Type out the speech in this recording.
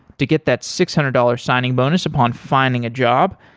to get that six hundred dollars signing bonus upon finding a job,